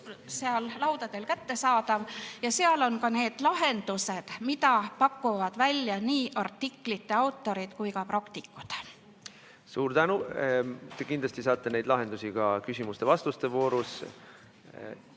seal laudadel kättesaadav ja seal on ka need lahendused, mida pakuvad välja nii artiklite autorid kui ka praktikud. Suur tänu! Te kindlasti saate neid lahendusi ka küsimuste-vastuste voorus